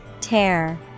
Tear